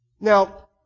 Now